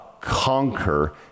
conquer